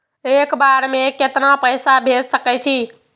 एक बार में केतना पैसा भेज सके छी?